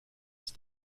ist